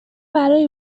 برای